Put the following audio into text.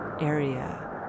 area